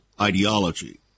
ideology